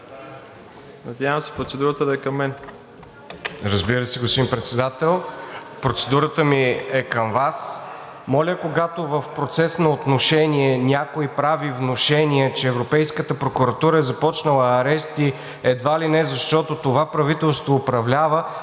Надявам се процедурата да е към мен.